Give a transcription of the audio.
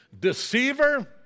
Deceiver